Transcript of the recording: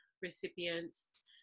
recipients